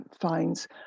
finds